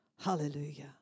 Hallelujah